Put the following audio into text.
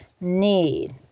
need